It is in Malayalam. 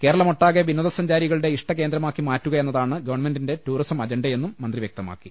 കേരളമൊട്ടാകെ വിനോദസഞ്ചാരികളുടെ ഇഷ്ട കേന്ദ്രമാക്കി മാറ്റുക എന്നതാണ് ഗവൺമെന്റിന്റെ ടൂറിസം അജണ്ടയെന്നും മന്ത്രി വ്യക്തമാക്കി